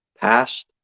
past